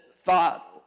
thought